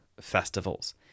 festivals